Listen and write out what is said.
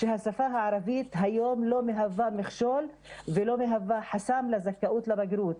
השפה הערבית היום לא מהווה מכשול ולא מהווה חסם לזכאות לבגרות.